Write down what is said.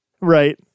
right